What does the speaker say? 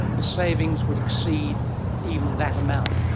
the savings would exceed even that amount.